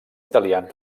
italians